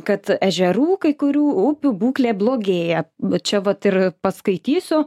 kad ežerų kai kurių upių būklė blogėja čia vat ir paskaitysiu